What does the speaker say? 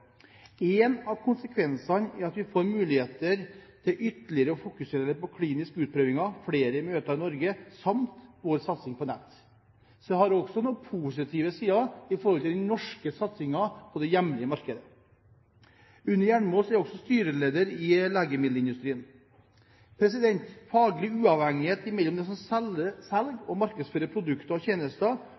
av konsekvensene er at vi får muligheten til ytterligere å fokusere på kliniske utprøvinger, flere møter i Norge samt vår satsing på nett.» Det har altså også noen positive sider med hensyn til den norske satsingen på det hjemlige markedet. Unni Hjelmaas er også styreleder i Legemiddelindustriforeningen. Faglig uavhengighet mellom de som selger og markedsfører produkter og tjenester,